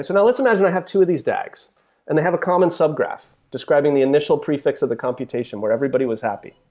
and let's imagine i have two of these dags and they have a common sub-graph describing the initial prefix of the computation where everybody was happy.